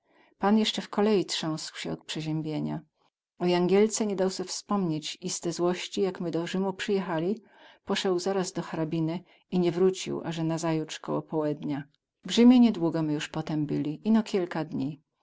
pan jesce w kolei trząsł sie od przeziębienia o jangielce nie dał se wspomnieć i z te złości jak my do rzymu przyjechali poseł zaraz do hrabine i nie wrócił aze nazajutrz koło połednia w rzymie niedługo my juz potem byli ino kielka dni